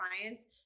clients